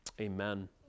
Amen